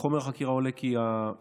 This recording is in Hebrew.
מחומר החקירה עולה כי המתלוננת,